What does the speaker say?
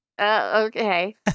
Okay